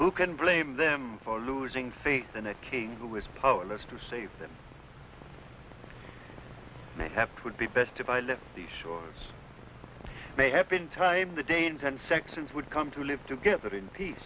who can blame them for losing faith in a king who was supposed to save them may have could be best if i left the shores may have been time the danes and sections would come to live together in peace